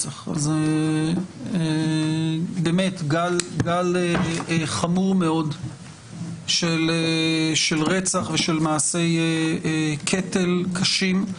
באמת גל חמור מאוד של רצח ושל מעשי קטל קשים.